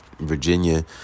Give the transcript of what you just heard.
Virginia